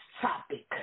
topic